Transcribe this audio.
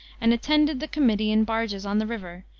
and attended the committee in barges on the river,